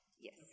Yes